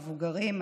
מבוגרים.